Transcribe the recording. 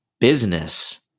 business